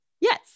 Yes